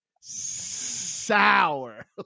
sour